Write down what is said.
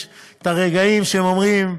יש רגעים שהם אומרים: